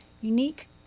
unique